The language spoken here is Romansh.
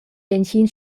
entgins